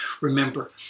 Remember